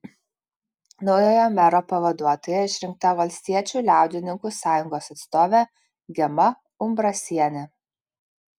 naujojo mero pavaduotoja išrinkta valstiečių liaudininkų sąjungos atstovė gema umbrasienė